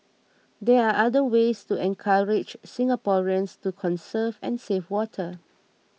there are other ways to encourage Singaporeans to conserve and save water